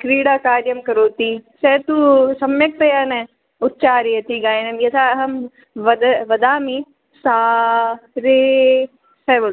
क्रीडा कार्यं करोति सः तु सम्यक्तया न उच्चार्यते गायनं यथा अहं वद् वदामि सा रे सर्व